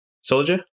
Soldier